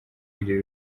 iri